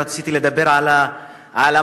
רציתי לדבר על המים,